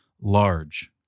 large